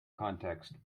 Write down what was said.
context